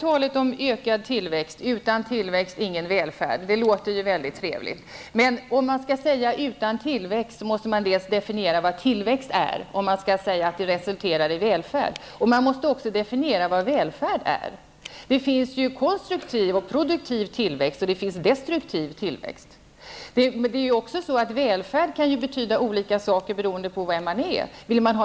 Talet om ''ökad tillväxt'' och ''utan tillväxt ingen välfärd'' låter mycket trevligt, men när man säger ''utan tillväxt ingen välfärd'' måste man definiera dels vad tillväxt är, dels vad välfärd är. Det finns en konstruktiv och produktiv tillväxt, och det finns en destruktiv tillväxt. Välfärd kan vidare betyda olika saker beroende på vem man är.